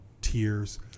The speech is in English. tears